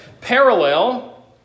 parallel